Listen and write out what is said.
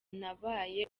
nabaye